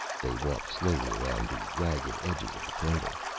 they walked slowly around the ragged edges of the crater.